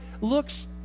looks